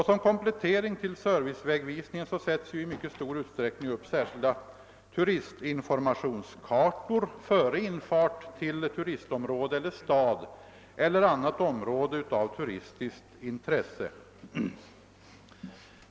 Som komplettering till servicevägvisning sätts i mycket stor utsträckning upp särskilda turistinformationskartor före infart till turistområde eller stad eller annat område av turistintresse.